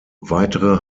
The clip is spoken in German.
weitere